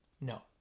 no